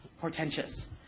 portentous